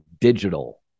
digital